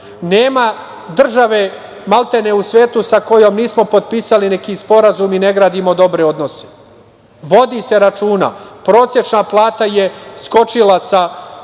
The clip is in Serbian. nema države maltene u svetu sa kojom mi nismo potpisali neki sporazum i ne gradimo dobre odnose. Vodi se računa, prosečna plata je skočila sa